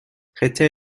хотя